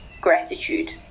gratitude